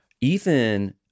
Ethan